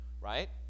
right